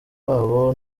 wabo